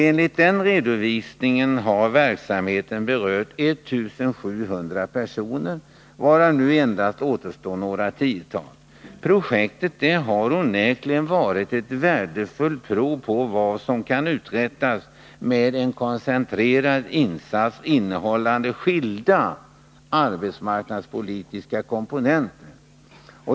Enligt den redovisningen har verksamheten berört ca 1 700 personer, varav nu endast återstår några tiotal. Projektet har onekligen varit ett värdefullt prov på vad som kan uträttas med en koncentrerad insats, innehållande skilda arbetsmarknadspolitiska komponenter.